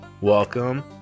Welcome